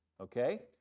okay